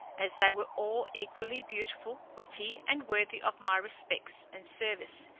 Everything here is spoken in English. as they were all equally beautiful, witty, and worthy of my respects and service,